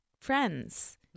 friends